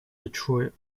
detroit